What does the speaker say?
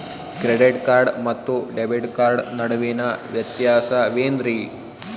Credit card ಮತ್ತು debit card ನಡುವಿನ ವ್ಯತ್ಯಾಸ ವೇನ್ರೀ?